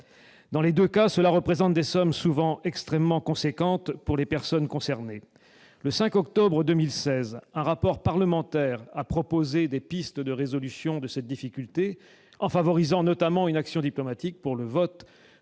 Dans les deux cas, cela représente des sommes souvent extrêmement importantes pour les personnes concernées. Le 5 octobre 2016, un rapport parlementaire a proposé des pistes de résolution de cette difficulté, en favorisant notamment une action diplomatique pour le vote